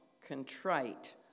contrite